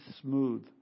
smooth